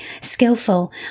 skillful